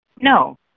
no